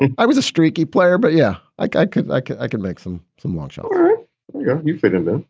and i was a streaky player, but yeah, like i could i could i could make them some long shots you know, you fit in them.